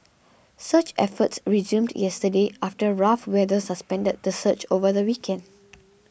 search efforts resumed yesterday after rough weather suspended the search over the weekend